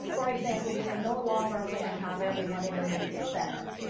for example, we are no longer going to have everyone in the media center,